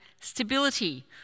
Stability